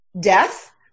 death